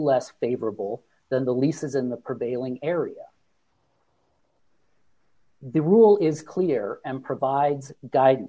less favorable than the leases in the prevailing area the rule is clear and provides die